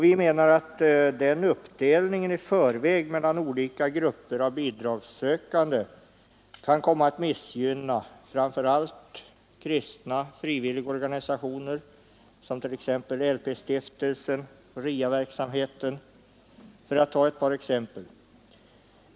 Vi anser att den uppdelningen i förväg mellan olika grupper av bidragssökande kan komma att missgynna framför allt kristna frivilliga organisationer som t.ex. LP-stiftelsen och RIA-verksamheten.